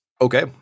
Okay